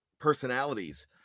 personalities